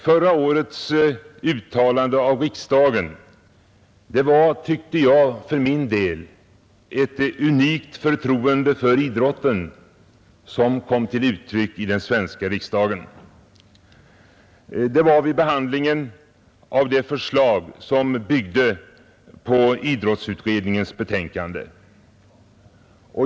För min del tycker jag att det var ett unikt förtroende för idrotten som förra året kom till uttryck i den svenska riksdagen vid behandlingen av det förslag som byggde på idrottsutredningens betänkande.